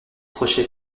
crochet